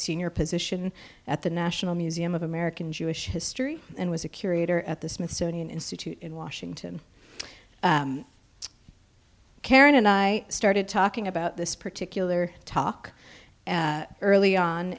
senior position at the national museum of american jewish history and was a curator at the smithsonian institute in washington karen and i started talking about this particular talk early on